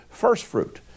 firstfruit